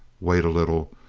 wait a little.